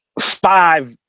five